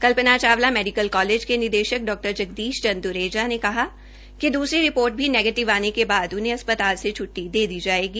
कल्पना Chawla medical college के निदेशक डॉ जगदीश चंद द्रेजा ने कहा कि द्सरी रिपोर्ट भी नेगीटिव आने के बाद उन्हें अस्पताल से छुट्टी दे दी जायेगी